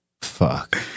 Fuck